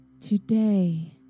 Today